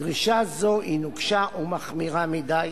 דרישה זו היא נוקשה ומחמירה מדי,